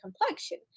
complexion